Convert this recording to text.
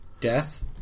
Death